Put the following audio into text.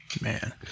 Man